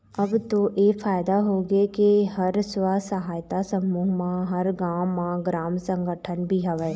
अब तो ऐ फायदा होगे के हर स्व सहायता समूह म हर गाँव म ग्राम संगठन भी हवय